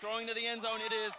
drawing to the end zone it is